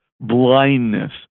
blindness